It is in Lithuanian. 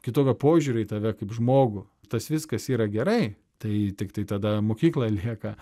kitokio požiūrio į tave kaip žmogų tas viskas yra gerai tai tiktai tada mokykla lieka